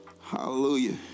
Hallelujah